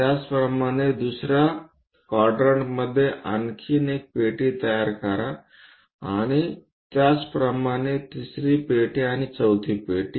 त्याचप्रमाणे दुसर्या क्वाड्रंटमध्ये आणखी एक पेटी तयार करा आणि त्याचप्रमाणे 3 री पेटी आणि 4 थी पेटी